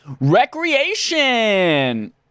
recreation